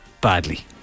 badly